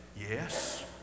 Yes